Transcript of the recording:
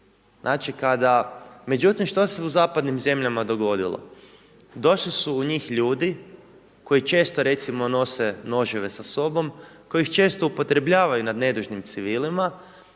kada… Međutim, što se u zapadnim zemljama dogodilo? Došli su u njih ljudi koji često recimo nose noževe sa sobom, koji ih često upotrebljavaju nad nedužnim civilima